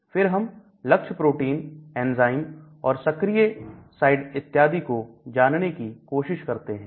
फिर हम लक्ष्य प्रोटीन एंजाइम और सक्रिय साइड इत्यादि को जानने की कोशिश करनी है